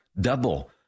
Double